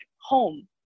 home